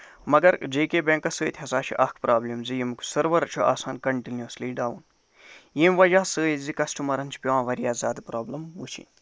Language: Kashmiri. مَگر جے کے بٮ۪کَس سۭتۍ ہسا چھِ اَکھ پرابلِم زِ ییٚمیُک سٔروَر چھُ آسان کَنٹِنِٮ۪سلی ڈاوُن ییٚمہِ وَجہہ سۭتۍ زِ کَسٹٔمَرَن چھُ پٮ۪وان واریاہ زیادٕ پرابلِم ؤچھِنۍ